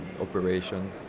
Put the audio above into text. operation